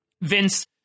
Vince